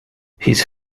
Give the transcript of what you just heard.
his